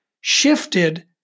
shifted